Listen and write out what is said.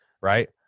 right